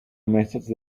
messaged